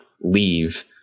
leave